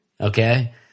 Okay